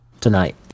Tonight